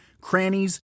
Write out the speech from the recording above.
crannies